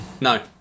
No